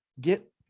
get